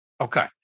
Okay